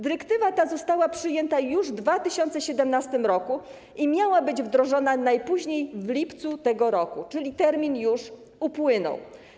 Dyrektywa ta została przyjęta już w 2017 r. i miała być wdrożona najpóźniej w lipcu tego roku, czyli termin już upłynął.